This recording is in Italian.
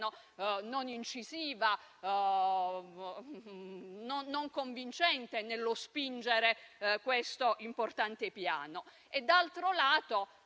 non incisiva, né convincente nello spingere questo importante Piano. D'altra